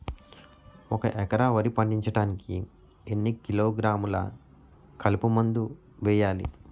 ఒక ఎకర వరి పండించటానికి ఎన్ని కిలోగ్రాములు కలుపు మందు వేయాలి?